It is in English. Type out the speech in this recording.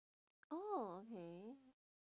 oh okay